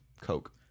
Coke